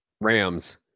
Rams